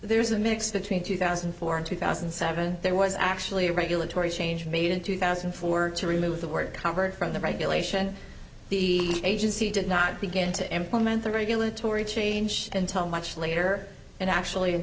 there is a mix between two thousand and four and two thousand and seven there was actually a regulatory change made in two thousand and four to remove the word convert from the regulation the agency did not begin to implement the regulatory change until much later and actually